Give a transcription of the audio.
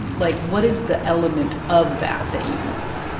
like, what is the element of that that you miss?